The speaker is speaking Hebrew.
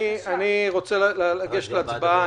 אני רוצה לגשת להצבעה.